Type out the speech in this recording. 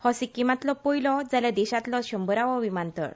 हो सिक्कीमांतलो पयलो जाल्यार देशातलो शंभरावो विमानतळ